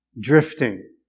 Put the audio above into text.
drifting